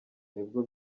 nibwo